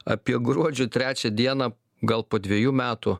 apie gruodžio trečią dieną gal po dvejų metų